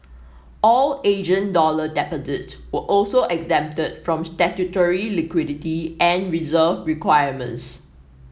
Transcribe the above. all Asian dollar deposits were also exempted from statutory liquidity and reserve requirements